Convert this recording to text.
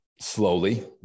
slowly